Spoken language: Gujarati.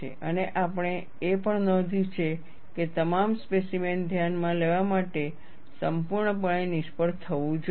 અને આપણે એ પણ નોંધ્યું છે કે તમામ સ્પેસીમેન ધ્યાનમાં લેવા માટે સંપૂર્ણપણે નિષ્ફળ થવું જોઈએ